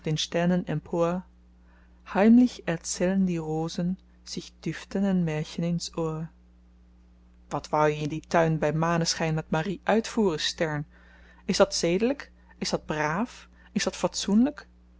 heimlich erzählen die rosen sich düftende märchen in s ohr wat wou je in dien tuin by maneschyn met marie uitvoeren stern is dat zedelyk is dat braaf is dat fatsoenlyk